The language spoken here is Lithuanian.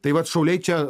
tai vat šauliai čia